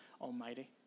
Almighty